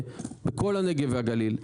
בכל הנגב והגליל,